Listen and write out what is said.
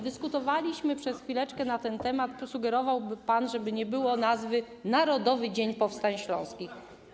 Dyskutowaliśmy przez chwileczkę na ten temat, sugerował pan, żeby nie było nazwy: Narodowy Dzień Powstań Śląskich.